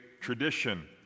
tradition